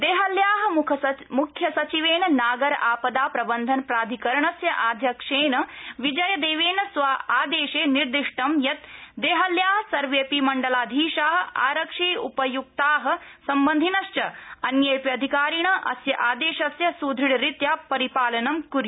देहल्या मुख्यसचिवेन नागर आपदा प्रबंधनप्राधिकरणस्य अध्यक्षेन विजयदेवेन स्व आदेशे निर्दिष्ट यत् देहल्या सर्वेऽपि मण्डलाधीशा आरक्षी उपायुक्ता सम्बन्धिनश्च अन्येऽपि अधिकारिण अस्य आदेशस्य सुदृढरीत्या परिपालनं कुर्यु